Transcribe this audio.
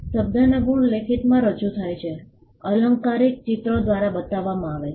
શબ્દના ગુણ લેખિતમાં રજૂ થાય છે અલંકારિક ચિત્રો દ્વારા બતાવવામાં આવે છે